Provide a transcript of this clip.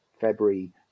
February